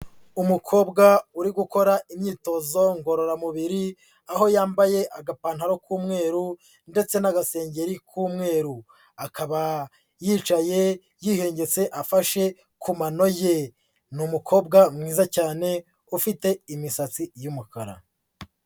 Umukobwa uri gukora imyitozo ngororamubiri, aho yambaye agapantaro k'umweru ndetse n'agasengeri k'umweru, akaba yicaye yihengetse afashe ku mano ye. Ni umukobwa mwiza cyane ufite imisatsi y'umukara.